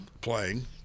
playing